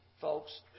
Folks